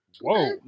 Whoa